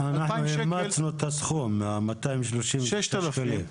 --- אנחנו אימצנו את הסכום 236 שקלים.